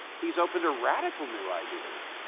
he's open to radical new ideas.